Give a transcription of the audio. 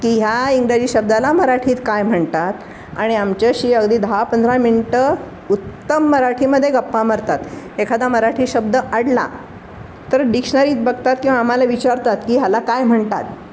की ह्या इंग्रजी शब्दाला मराठीत काय म्हणतात आणि आमच्याशी अगदी दहा पंधरा मिनटं उत्तम मराठीमध्ये गप्पा मारतात एखादा मराठी शब्द अडला तर डिक्शनरीत बघतात किंवा आम्हाला विचारतात की ह्याला काय म्हणतात